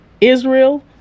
Israel